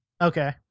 Okay